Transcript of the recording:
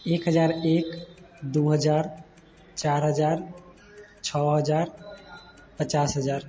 एक हजार एक दू हजार चारि हजार छओ हजार पचास हजार